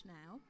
now